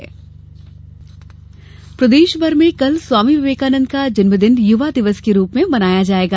युवा दिवस प्रदेश भर में कल स्वामी विवेकानंद का जन्मदिन युवा दिवस के रूप में मनाया जायेगा